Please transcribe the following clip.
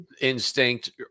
instinct